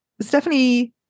Stephanie